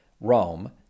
Rome